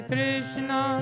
Krishna